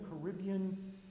Caribbean